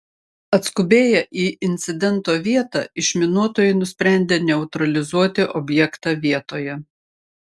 atskubėję į incidento vietą išminuotojai nusprendė neutralizuoti objektą vietoje